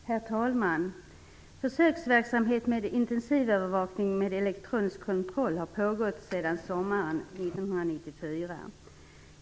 Herr talman! Försöksverksamhet med intensivövervakning med elektronisk kontroll har pågått sedan sommaren 1994.